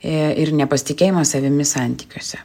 ir nepasitikėjimą savimi santykiuose